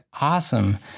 awesome